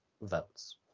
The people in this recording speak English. votes